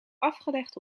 afgelegd